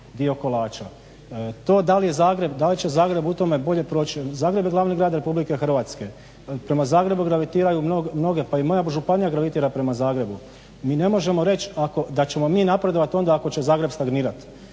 dio kolača. To da li će Zagreb u tome bolje proći, Zagreb je glavni grad RH prema Zagrebu gravitiraju mnoge pa i moja županija gravitira prema Zagrebu. Mi ne možemo reći da ćemo napredovati onda ako će Zagreb stagnirati.